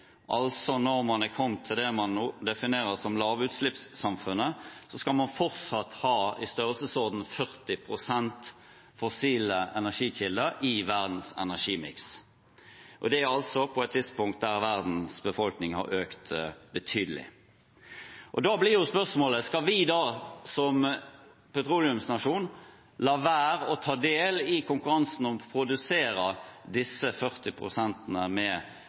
altså på et tidspunkt der verdens befolkning har økt betydelig. Da blir spørsmålet: Skal vi som petroleumsnasjon la være å ta del i konkurransen om å produsere disse 40 prosentene med